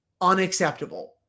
Unacceptable